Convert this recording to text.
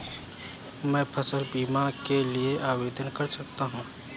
मैं फसल बीमा के लिए कैसे आवेदन कर सकता हूँ?